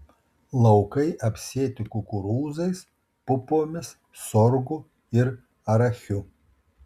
laukai apsėti kukurūzais pupomis sorgu ir arachiu